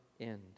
end